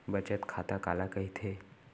बचत खाता काला कहिथे?